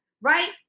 Right